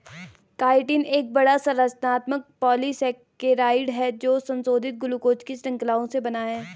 chitin एक बड़ा, संरचनात्मक पॉलीसेकेराइड है जो संशोधित ग्लूकोज की श्रृंखलाओं से बना है